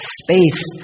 space